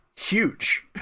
huge